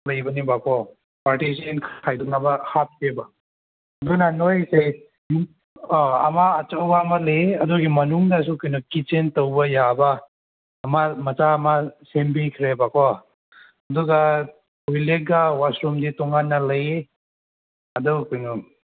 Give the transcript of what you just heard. ꯂꯩꯕꯅꯦꯕꯀꯣ ꯄꯥꯔꯇꯤꯁꯟ ꯈꯥꯏꯗꯣꯛꯅꯕ ꯍꯥꯞꯄꯦꯕ ꯑꯗꯨꯅ ꯅꯣꯏꯁꯦ ꯑꯃ ꯑꯆꯧꯕ ꯑꯃ ꯂꯩꯌꯦ ꯑꯗꯨꯒꯤ ꯃꯅꯨꯡꯗꯁꯨ ꯀꯩꯅꯣ ꯀꯤꯠꯆꯟ ꯇꯧꯕ ꯌꯥꯕ ꯑꯃ ꯃꯆꯥ ꯑꯃ ꯁꯦꯝꯕꯤꯈ꯭ꯔꯦꯕꯀꯣ ꯑꯗꯨꯒ ꯇꯣꯏꯂꯦꯠꯀ ꯋꯥꯁꯔꯨꯝꯒꯗꯤ ꯇꯣꯉꯥꯟꯅ ꯂꯩꯌꯦ ꯑꯗꯨ ꯀꯩꯅꯣ